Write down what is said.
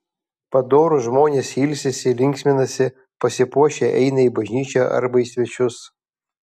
padorūs žmonės ilsisi linksminasi pasipuošę eina į bažnyčią arba į svečius